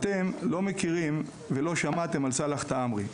אתם לא מכירים ולא שמעתם על סאלח תעמרי,